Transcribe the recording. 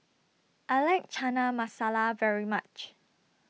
I like Chana Masala very much